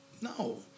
No